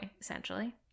essentially